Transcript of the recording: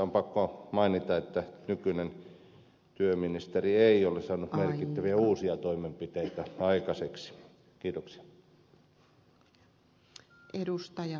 on pakko mainita että nykyinen työministeri ei ole saanut merkittäviä uusia toimenpiteitä aikaiseksi